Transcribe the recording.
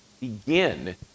begin